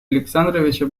александровича